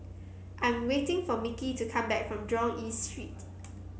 I'm waiting for Micky to come back from Jurong East Street